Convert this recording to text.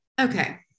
Okay